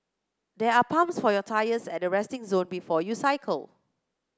there are pumps for your tyres at the resting zone before you cycle